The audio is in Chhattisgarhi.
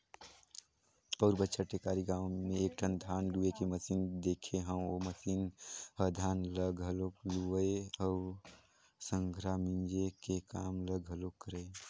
पउर बच्छर टेकारी गाँव में एकठन धान लूए के मसीन देखे हंव ओ मसीन ह धान ल घलोक लुवय अउ संघरा मिंजे के काम ल घलोक करय